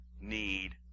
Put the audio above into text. need